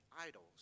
idols